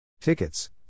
Tickets